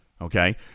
Okay